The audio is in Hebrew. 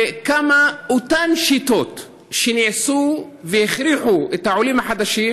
ואותן שיטות שניסו והכריחו את העולים החדשים